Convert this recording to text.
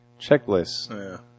checklists